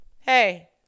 Hey